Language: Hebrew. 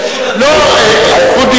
אני מבקש את זכות התגובה.